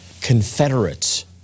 Confederates